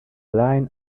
line